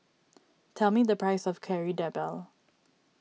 tell me the price of Kari Debal